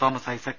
Thomas Isaac